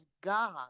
God